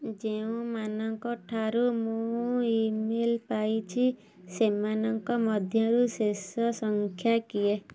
ଯେଉଁମାନଙ୍କ ଠାରୁ ମୁଁ ଇ ମେଲ୍ ପାଇଛି ସେମାନଙ୍କ ମଧ୍ୟରୁ ଶେଷ ସଂଖ୍ୟା କିଏ